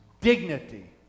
dignity